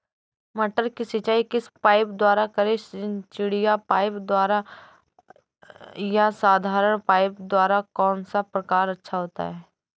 मटर की सिंचाई किस पाइप द्वारा करें चिड़िया पाइप द्वारा या साधारण पाइप द्वारा कौन सा प्रकार अच्छा होता है?